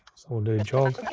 so we'll do jog,